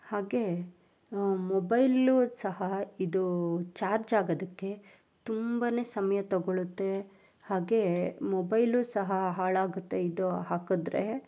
ಹಾಗೇ ಮೊಬೈಲ್ಲೂ ಸಹ ಇದು ಚಾರ್ಜ್ ಆಗೋದಕ್ಕೆ ತುಂಬಾ ಸಮಯ ತಗೊಳುತ್ತೆ ಹಾಗೇ ಮೊಬೈಲು ಸಹ ಹಾಳಾಗುತ್ತೆ ಇದು ಹಾಕಿದ್ರೆ